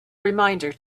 reminder